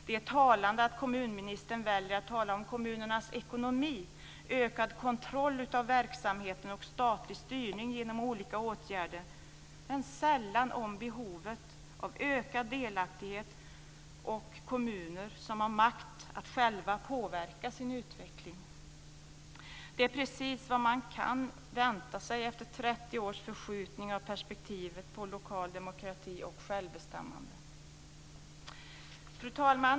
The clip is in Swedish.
Det är talande att kommunministern väljer att tala om kommunernas ekonomi, ökad kontroll av verksamheten och statlig styrning genom olika åtgärder men sällan talar om behovet av ökad delaktighet och kommuner som har makt att själva påverka sin utveckling. Det är precis vad man kan vänta sig efter 30 års förskjutning av perspektivet på lokal demokrati och självbestämmande. Fru talman!